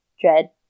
dread